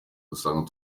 dusanga